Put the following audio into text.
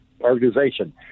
organization